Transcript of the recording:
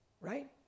Right